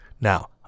Now